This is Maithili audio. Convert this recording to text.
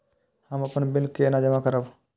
हम अपन बिल केना जमा करब?